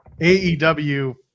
AEW